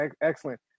Excellent